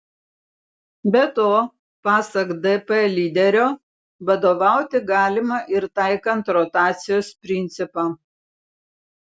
be to pasak dp lyderio vadovauti galima ir taikant rotacijos principą